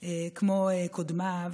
כמו קודמיו,